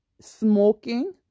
smoking